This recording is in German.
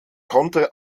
konnte